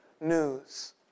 news